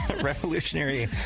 revolutionary